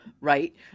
right